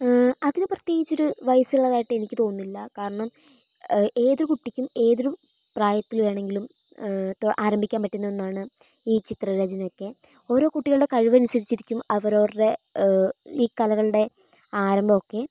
അതിന് പ്രത്യേകിച്ച് ഒരു വയസ്സ് ഉള്ളതായിട്ട് എനിക്ക് തോന്നുന്നില്ല കാരണം ഏതൊരു കുട്ടിക്കും ഏതൊരു പ്രായത്തിൽ വേണെങ്കിലും ആരംഭിക്കാൻ പറ്റുന്ന ഒന്നാണ് ഈ ചിത്ര രചനയൊക്കെ ഓരോ കുട്ടികളുടെ കഴിവ് അനുസരിച്ച് ഇരിക്കും അവരവരുടെ ഈ കലകളുടെ ആരംഭം ഒക്കെ